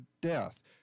death